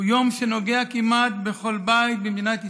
הוא יום שנוגע כמעט בכל בית במדינת ישראל.